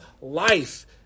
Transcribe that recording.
life